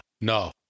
no